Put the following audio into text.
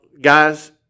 guys